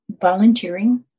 Volunteering